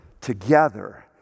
together